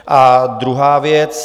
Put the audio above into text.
A druhá věc.